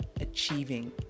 achieving